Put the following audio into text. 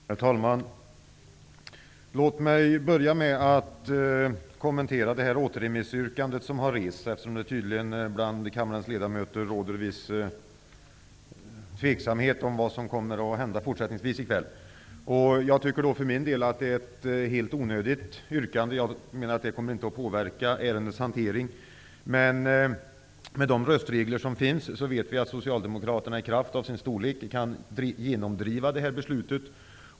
Herr talman! Låt mig börja med att kommentera det här återremissyrkandet som har rests, eftersom det tydligen råder viss tveksamhet bland kammarens ledamöter om vad som kommer att hända fortsättningsvis i kväll. Jag tycker för min del att det är ett helt onödigt yrkande. Det kommer inte att påverka ärendets hantering. Men vi vet att Socialdemokraterna i kraft av sin storlek och med de röstregler som finns kan genomdriva det här beslutet.